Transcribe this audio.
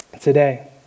Today